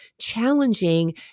challenging